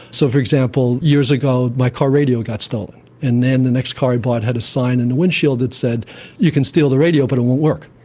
so, for example, years ago my car radio got stolen, and then the next car i bought had a sign in the windshield that said you can steal the radio but it won't work,